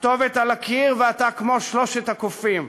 הכתובת על הקיר, ואתה כמו שלושת הקופים: